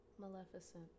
Maleficent